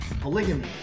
Polygamy